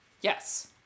Yes